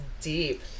deep